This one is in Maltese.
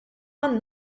għan